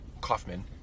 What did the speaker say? Kaufman